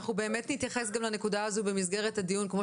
אנחנו באמת נתייחס גם לנקודה הזו במסגרת הדיון כפי